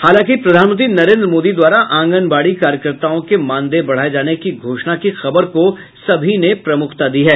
हालांकि प्रधानमंत्री नरेंद्र मोदी द्वारा आंगनबाड़ी कार्यकर्ताओं के मानदेय बढ़ाये जाने की घोषणा की खबर को प्रमुखता दी है